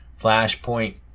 Flashpoint